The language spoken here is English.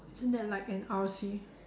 isn't that like an R_C